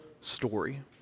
story